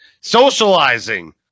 socializing